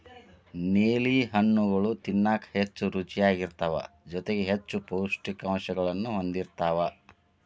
ನೇಲಿ ಹಣ್ಣುಗಳು ತಿನ್ನಾಕ ಹೆಚ್ಚು ರುಚಿಯಾಗಿರ್ತಾವ ಜೊತೆಗಿ ಹೆಚ್ಚು ಪೌಷ್ಠಿಕಾಂಶಗಳನ್ನೂ ಹೊಂದಿರ್ತಾವ